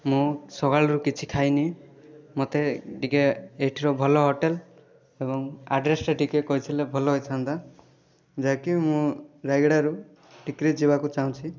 ମୁଁ ସକାଳରୁ କିଛି ଖାଇନି ମୋତେ ଟିକିଏ ଏଇଠିର ଭଲ ହୋଟେଲ୍ ଏବଂ ଅଡ୍ରେସ୍ଟା ଟିକିଏ କହିଥିଲେ ଭଲ ହେଇଥାନ୍ତା ଯାହାକି ମୁଁ ରାୟଗଡ଼ାରୁ ଟିକିରି ଯିବାକୁ ଚାହୁଁଛି